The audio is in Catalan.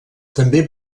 també